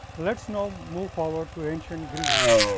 let us now move forward to ancient greece,